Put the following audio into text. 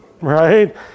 right